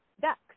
ducks